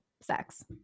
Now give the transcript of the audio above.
sex